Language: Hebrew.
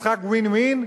משחק win-win?